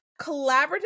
Collaborative